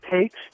takes